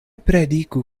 prediku